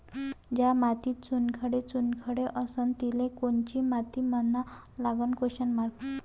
ज्या मातीत चुनखडे चुनखडे असन तिले कोनची माती म्हना लागन?